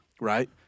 right